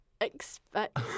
expect